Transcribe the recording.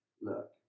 look